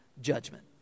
judgment